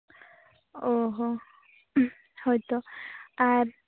ᱚ ᱦᱚᱸ ᱦᱳᱭᱛᱳ ᱟᱨ